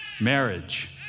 Marriage